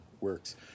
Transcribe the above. works